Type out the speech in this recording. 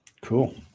Cool